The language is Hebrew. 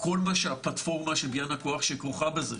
בהקשר של כל מה שהפלטפורמה של בניית הכוח שכרוכה בזה,